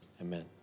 Amen